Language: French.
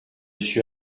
suis